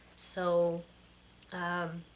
so um,